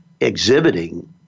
exhibiting